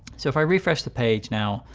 so if i refresh the page now,